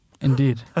Indeed